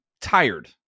tired